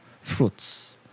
fruits